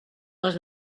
les